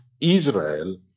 Israel